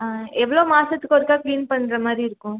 ஆ எவ்வளோ மாதத்துக்கு ஒருக்கா க்ளீன் பண்ணுற மாதிரி இருக்கும்